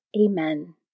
Amen